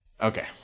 Okay